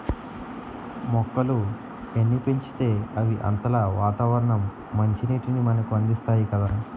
మొక్కలు ఎన్ని పెంచితే అవి అంతలా వాతావరణ మంచినీటిని మనకు అందిస్తాయి కదా